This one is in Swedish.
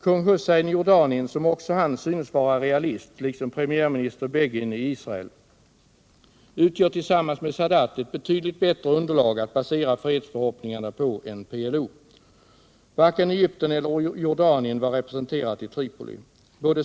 Kung Hussein i Jordanien, som också han synes vara realist liksom premiärminister Begin i Israel, utgör tillsammans med Sadat ett betydligt bättre underlag att basera fredsförhoppningarna på än PLO. Varken Egypten eller Jordanien var representerat i Tripoli.